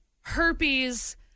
herpes